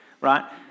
right